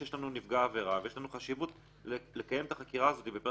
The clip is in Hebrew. כשיש לנו נפגע עבירה ויש לנו חשיבות לקיים את החקירה הזאת בפרק